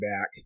back